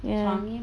ya